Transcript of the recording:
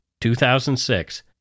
2006